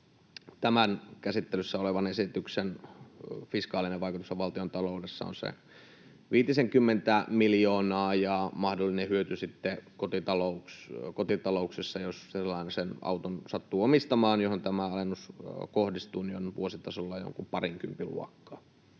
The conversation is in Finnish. Tämän käsittelyssä olevan esityksen fiskaalinen vaikutus valtiontaloudessa on se viitisenkymmentä miljoonaa ja mahdollinen hyöty kotitalouksissa, jos sellaisen auton sattuu omistamaan, johon tämä alennus kohdistuu, on vuositasolla jonkun parinkympin luokkaa.